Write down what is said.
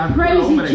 crazy